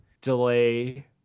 delay